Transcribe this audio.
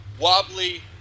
Wobbly